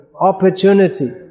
opportunity